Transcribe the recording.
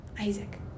isaac